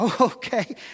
okay